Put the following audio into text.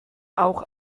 auch